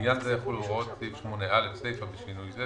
לעניין זה יחולו הוראות סעיף 8(א) סיפה בשינוי זה: